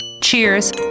Cheers